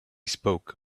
spoke